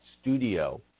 studio